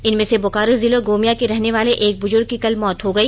इनमें से बोकारो जिले गोमिया के रहने वाले एक बुजुर्ग की कल मौत हो गई